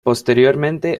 posteriormente